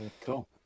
Cool